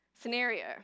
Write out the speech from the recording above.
scenario